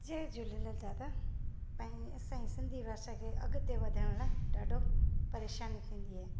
जय झूलेलाल दादा प असांजी सिंधी भाषा खे अॻिते वधाइण लाइ ॾाढो परेशानी थींदी आहे